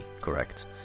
correct